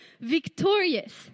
Victorious